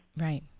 Right